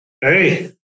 Hey